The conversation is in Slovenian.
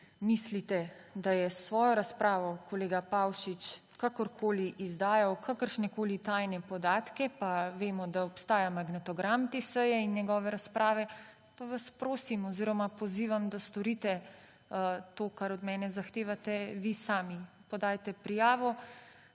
mislite, da je s svojo razpravo kolega Pavšič kakorkoli izdajal kakršnekoli tajne podatke, pa vemo, da obstaja magnetogram te seje in njegove razprave, pa vas prosim oziroma pozivam, da storite to, kar od mene zahtevate vi sami. Podajte prijavo,